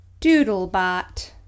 Doodlebot